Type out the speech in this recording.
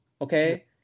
okay